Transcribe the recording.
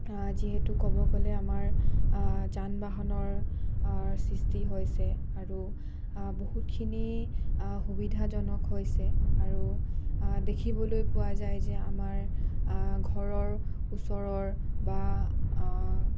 যিহেতু ক'ব গ'লে আমাৰ যান বাহনৰ সৃষ্টি হৈছে আৰু বহুতখিনি সুবিধাজনক হৈছে আৰু দেখিবলৈ পোৱা যায় যে আমাৰ ঘৰৰ ওচৰৰ বা